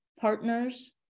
partners